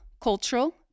cultural